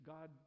God